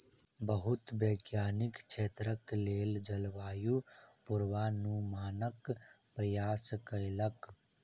बहुत वैज्ञानिक क्षेत्रक लेल जलवायु पूर्वानुमानक प्रयास कयलक